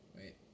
Wait